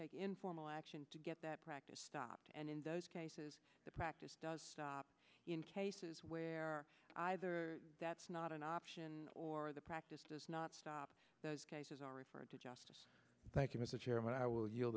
take informal action to get that practice stopped and in those cases the practice does stop in cases where either that's not an option or the practice does not stop those cases are referred to justice thank you mr chairman i will y